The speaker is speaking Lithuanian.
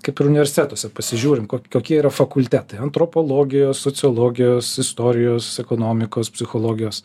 kaip ir universitetuose pasižiūrim kokie yra fakultetai antropologijos sociologijos istorijos ekonomikos psichologijos